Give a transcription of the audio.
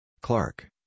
Clark